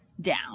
down